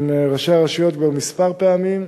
ראשי הרשויות כבר כמה פעמים,